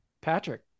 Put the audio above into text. Patrick